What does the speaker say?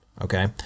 Okay